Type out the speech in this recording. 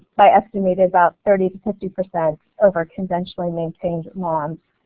by estimated about thirty to fifty percent over conventionally maintain lawns.